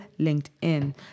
LinkedIn